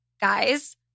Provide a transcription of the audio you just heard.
Guys